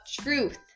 truth